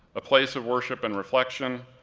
a place of worship and reflection,